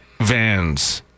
vans